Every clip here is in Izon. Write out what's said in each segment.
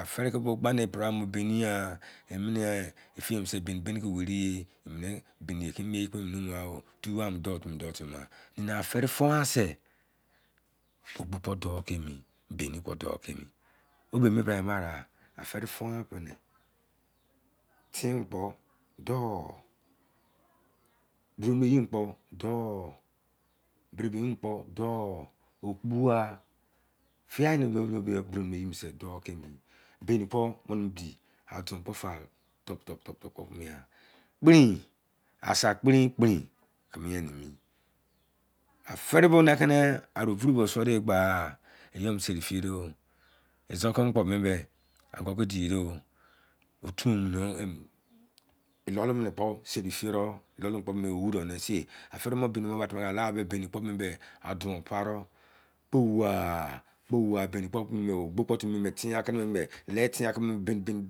Afẹrẹ kọ bọ gba nẹ bra mọ baniyan emẹnẹ efẹyẹ mẹ se bani bani kẹ wẹrẹ yẹ ẹmẹnẹ bani keme ye kpo emu numughan tu a mu dọ timi do timi ma ena fẹrẹ fon wasẹ opu potọ kẹ mi bani kpo doụ kẹ mi ọ bẹ bi ama reai efẹrẹ wan mẹnẹ tẹn kpo doụ emi ye kpo doụ bri bani kpọ dou okpo ai fiai ke bri bẹin mẹ ye bo sẹ sọu kẹ mi bani kpo wẹrẹ mu di fiaine liolio brim mi ye bo sẹ dou kemi bani kpo tọp tọp kpo mienghan pkrin asa pkrin pkrin kẹ mien mẹnẹ ye afere bone kene o vuru ba suodẹ gba iyoụ seri fẹ dọ izon keme kpo mẹmẹ angu bo di dọ loli bọ ne pọ serife dọ efẹrẹ mọ bani mọ ba tẹbrakẹ la bani kpo kopẹ atọn parọ kpowa kpowa baini kpo timi ogbo kpo timi ten akẹ bẹ lẹ tẹnakẹ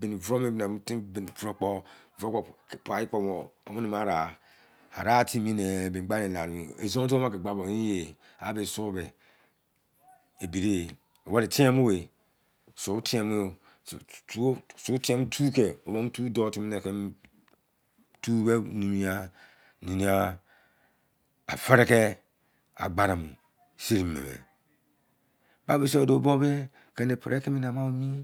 bani bolume emẹnẹ ma areai, areai timi nẹ bẹ gba idia mẹnẹ mẹ izon otu ama ke gba nẹ inyẹ ane sọ me ebi yẹ wẹrẹ tie yẹ mọ sọ tie mọ e funtie mo tu kẹ mu tu do timi nẹkẹ tụ mẹ mu numuya aferẹkẹ akparimo sin me kẹnẹ pre timi nẹ mọ mị.